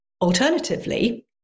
Alternatively